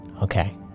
Okay